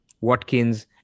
watkins